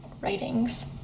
writings